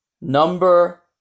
Number